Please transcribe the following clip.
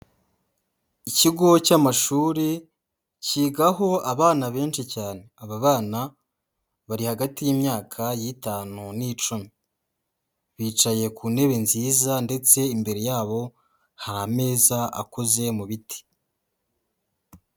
Ikigo cy'amashuri kigaho abana benshi cyane, aba bana bari hagati y'imyaka y'itanu n'icumi, bicaye ku ntebe nziza ndetse imbere yabo hari ameza akoze mu biti.